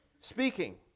speaking